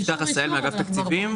יפתח עשהאל, אגף תקציבים.